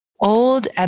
Old